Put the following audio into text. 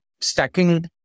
stacking